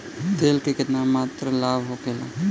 तेल के केतना मात्रा लाभ होखेला?